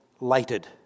lighted